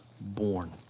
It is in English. born